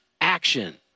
action